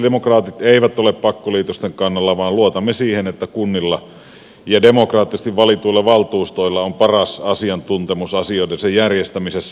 sosialidemokraatit eivät ole pakkoliitosten kannalla vaan luotamme siihen että kunnilla ja demokraattisesti valituilla valtuustoilla on paras asiantuntemus asioidensa järjestämisessä